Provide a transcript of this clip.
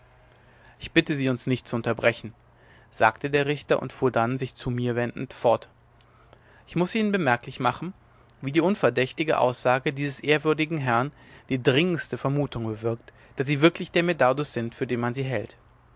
ich bitte sie uns nicht zu unterbrechen sagte der richter und fuhr dann sich zu mir wendend fort ich muß ihnen bemerklich machen wie die unverdächtige aussage dieses ehrwürdigen herrn die dringendste vermutung bewirkt daß sie wirklich der medardus sind für den man sie hält